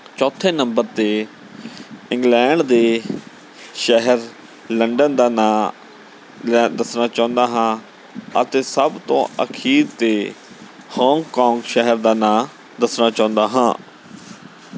ਚੌਥੇ ਨੰਬਰ 'ਤੇ ਇੰਗਲੈਂਡ ਦੇ ਸ਼ਹਿਰ ਲੰਡਨ ਦਾ ਨਾਂ ਲੈ ਦੱਸਣਾ ਚਾਹੁੰਦਾ ਹਾਂ ਅਤੇ ਸਭ ਤੋਂ ਅਖੀਰ ਤੇ ਹੋਂਗਕੋਂਗ ਸ਼ਹਿਰ ਦਾ ਨਾਂ ਦੱਸਣਾ ਚਾਹੁੰਦਾ ਹਾਂ